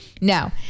No